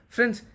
Friends